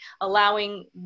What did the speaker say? allowing